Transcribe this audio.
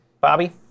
Bobby